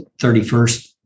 31st